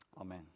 Amen